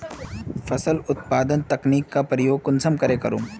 फसल उत्पादन तकनीक का प्रयोग कुंसम करे करूम?